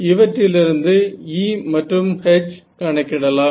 இவற்றிலிருந்து E மற்றும் H கணக்கிடலாம்